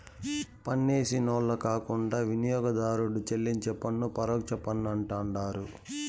పన్నేసినోళ్లు కాకుండా వినియోగదారుడు చెల్లించే పన్ను పరోక్ష పన్నంటండారు